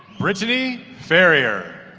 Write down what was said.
brittany farrior